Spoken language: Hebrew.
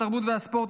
התרבות והספורט,